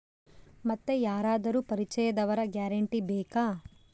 ಮತ್ತೆ ಯಾರಾದರೂ ಪರಿಚಯದವರ ಗ್ಯಾರಂಟಿ ಬೇಕಾ?